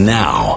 now